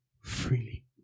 freely